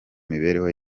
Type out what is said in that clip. mibereho